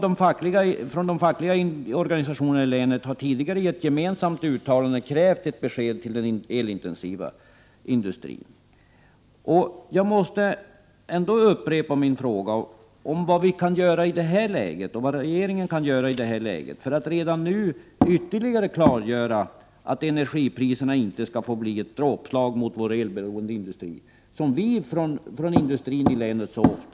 De fackliga organisationerna i länet har tidigare i ett gemensamt uttalande krävt ett besked till den elintensiva industrin. Jag måste ändå upprepa min fråga om vad regeringen kan göra i det här läget för att redan nu ytterligare klargöra att energipriserna inte skall få bli ett dråpslag mot vår elberoende industri — som vi så ofta får höra från industrin i länet.